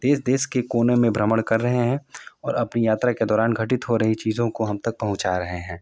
देश देश के कोने में भ्रमण कर रहे है और अपनी यात्रा के दौरान घटित हो रही चीज़ों को हम तक पहुँचा रहे हैं